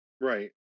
Right